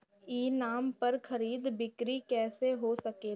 ई नाम पर खरीद बिक्री कैसे हो सकेला?